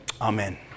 Amen